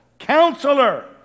Counselor